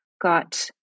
got